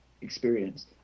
experience